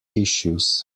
issues